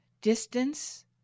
distance